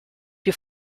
più